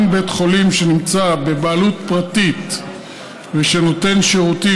גם בית חולים שנמצא בבעלות פרטית ושנותן שירותים